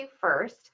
first